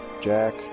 Jack